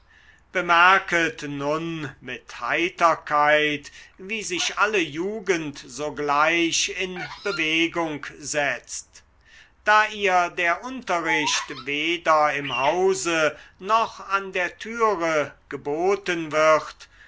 bemerket nun mit heiterkeit wie sich alle jugend sogleich in bewegung setzt da ihr der unterricht weder im hause noch an der türe geboten wird